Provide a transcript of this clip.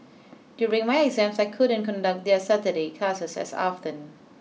during my exams I couldn't conduct their Saturday classes as often